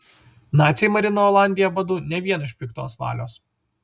naciai marino olandiją badu ne vien iš piktos valios